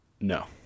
No